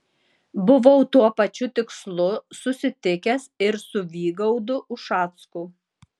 buvau tuo pačiu tikslu susitikęs ir su vygaudu ušacku